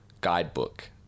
guidebook